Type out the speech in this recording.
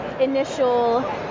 initial